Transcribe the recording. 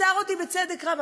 הוא עצר אותי בצדק רב,